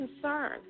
concern